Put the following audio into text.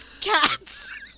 cats